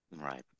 Right